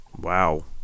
wow